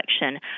election